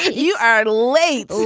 you are late